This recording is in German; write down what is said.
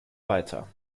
weiter